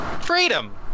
Freedom